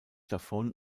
davon